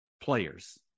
players